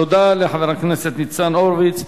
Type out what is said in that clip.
תודה לחבר הכנסת ניצן הורוביץ.